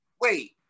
Wait